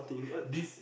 this